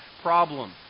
problem